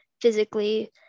physically